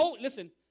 Listen